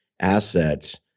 Assets